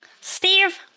Steve